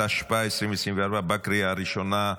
התשפ"ה 2024, בקריאה הראשונה.